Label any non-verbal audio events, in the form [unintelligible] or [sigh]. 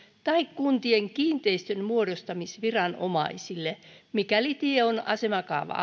tai kuntien kiinteistönmuodostamisviranomaisille mikäli tie on asemakaava [unintelligible]